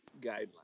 guidelines